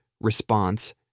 response